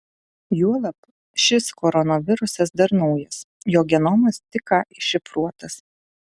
juolab šis koronavirusas dar naujas jo genomas tik ką iššifruotas